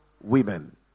women